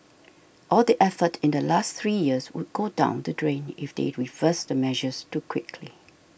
all the effort in the last three years would go down the drain if they refers the measures too quickly